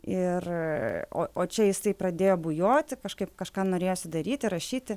ir o o čia jisai pradėjo bujoti kažkaip kažką norėjosi daryti rašyti